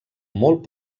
molt